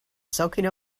soaking